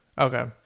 Okay